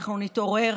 אנחנו נתעורר,